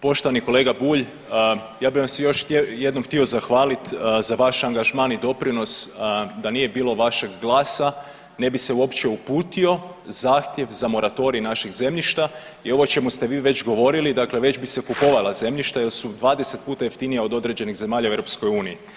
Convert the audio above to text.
Poštovani kolega Bulj, ja bi vam se još jednom htio zahvalit za vaš angažman i doprinos, da nije bilo vašeg glasa ne bi se uopće uputio zahtjev za moratorij našeg zemljišta i ovo o čemu ste vi već govorili, dakle već bi se kupovala zemljišta jel su 20 puta jeftinija od određenih zemalja u EU.